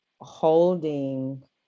holding